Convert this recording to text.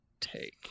take